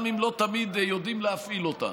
גם אם לא תמיד יודעים להפעיל אותן.